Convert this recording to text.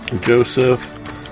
Joseph